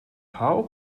how